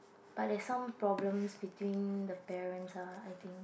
but there's some problems between the parents ah I think